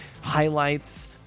highlights